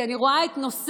כי אני רואה את הנושא,